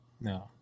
No